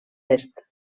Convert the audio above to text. est